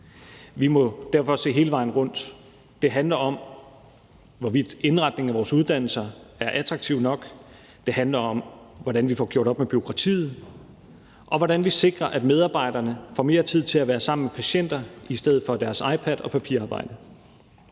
Vi må derfor se hele vejen rundt. Det handler om, hvorvidt indretningen af vores uddannelser er attraktiv nok; det handler om, hvordan vi får gjort op med bureaukratiet, og hvordan vi sikrer, at medarbejderne får mere tid til at være sammen med patienterne i stedet for at sidde med deres iPad og papirarbejde.